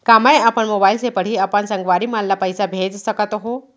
का मैं अपन मोबाइल से पड़ही अपन संगवारी मन ल पइसा भेज सकत हो?